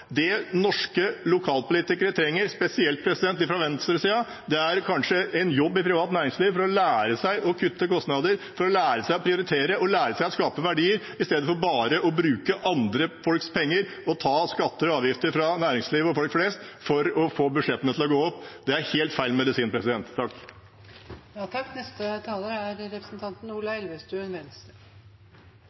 Det norske lokalpolitikere trenger, spesielt de fra venstresiden, er kanskje en jobb i privat næringsliv for å lære seg å kutte kostnader, for å lære seg å prioritere og lære seg å skape verdier i stedet for bare å bruke andre folks penger og ta skatter og avgifter fra næringslivet og folk flest for å få budsjettene til å gå opp. Det er helt feil medisin.